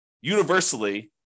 universally